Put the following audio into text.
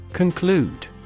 Conclude